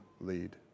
lead